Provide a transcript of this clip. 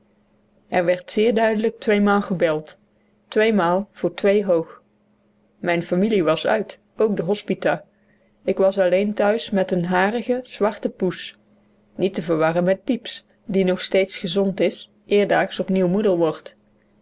er werd zeer duidelijk tweemaal gebeld tweemaal voor twee hoog mijne familie was uit ook de hospita ik was alleen thuis met een harige zwarte poes niet te verwarren met pieps die nog steeds gezond is eerstdaags opnieuw moeder wordt